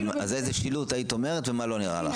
אז איזה שילוט היית אומרת ומה לא נראה לך?